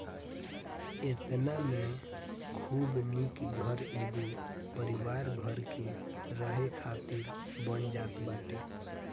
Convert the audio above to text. एतना में खूब निक घर एगो परिवार भर के रहे खातिर बन जात बाटे